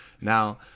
Now